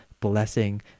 blessing